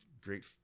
great